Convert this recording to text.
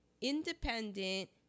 independent